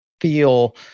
feel